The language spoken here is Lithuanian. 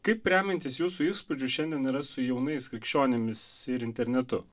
kaip remiantis jūsų įspūdžiu šiandien yra su jaunais krikščionimis ir internetu